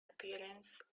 appearance